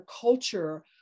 culture